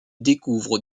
découvre